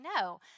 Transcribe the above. no